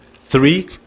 Three